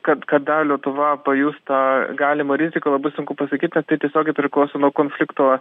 kad kada lietuva pajus tą galimą riziką labai sunku pasakyt nes tai tiesiogiai priklauso nuo konflikto